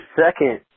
second